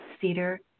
cedar